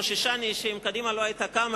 חוששני שאם קדימה לא היתה קמה,